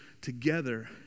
together